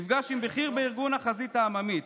נפגש עם בכיר בארגון החזית העממית,